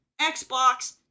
Xbox